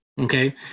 Okay